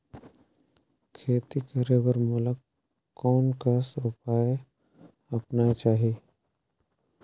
खेती करे बर मोला कोन कस उपाय अपनाये चाही?